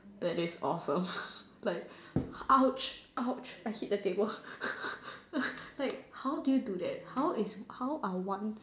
that is awesome like !ouch! !ouch! I hit the table like how do you do that how is how I want